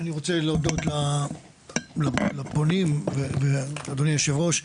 אני רוצה להודות לפונים ולאדוני היו"ר,